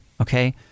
Okay